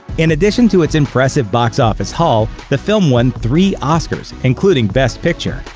in addition to its impressive box office haul, the film won three oscars, including best picture.